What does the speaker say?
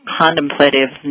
contemplative